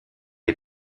les